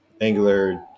Angular